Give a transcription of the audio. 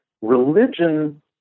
Religion